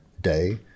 day